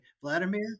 Vladimir